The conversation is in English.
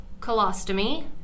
colostomy